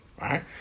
Right